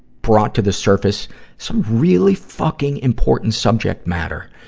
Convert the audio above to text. brought to the surface some really fucking important subject matter.